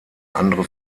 andere